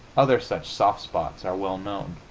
other such soft spots are well known.